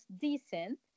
decent